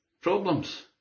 Problems